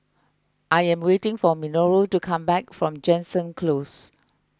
I am waiting for Minoru to come back from Jansen Close